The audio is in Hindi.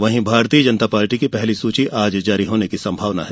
वहीं भारतीय जनता पार्टी की पहली सूची आज जारी होने की संभावना है